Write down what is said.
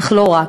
אך לא רק,